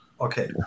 Okay